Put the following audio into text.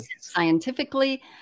scientifically